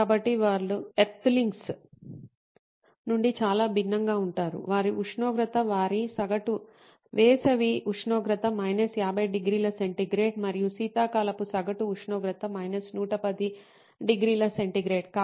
కాబట్టి వారు ఎర్త్లింగ్స్ నుండి చాలా భిన్నంగా ఉంటారు వారి ఉష్ణోగ్రత వారి సగటు వేసవి ఉష్ణోగ్రత 50 ° C మరియు శీతాకాలపు సగటు ఉష్ణోగ్రత 110 ° C